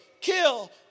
kill